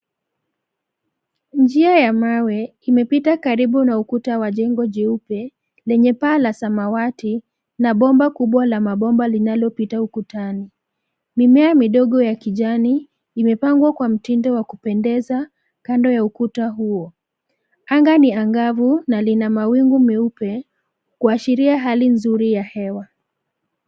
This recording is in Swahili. Njia ya mawe imepita karibu na ukuta wa jengo jeupe, lenye paa ya samawati na bomba kubwa la mabomba linalopita ukutani. Mimea midogo ya kijani imepangwa kwa mtingo wa kupendeza kando ya ukuta huo. Anga ni angavu na mawingu meupe kuashiria hali nzuri ya hewa.